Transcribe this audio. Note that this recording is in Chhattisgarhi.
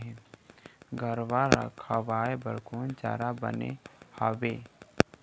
गरवा रा खवाए बर कोन चारा बने हावे?